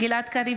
גלעד קריב,